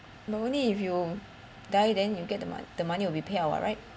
only if you die then you get the mo~ the money will be pay out [what] right